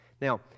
Now